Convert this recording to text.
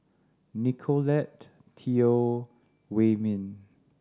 Nicolette Teo Wei Min